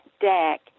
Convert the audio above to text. deck